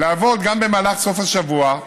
לעבוד גם במהלך סוף השבוע,